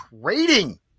trading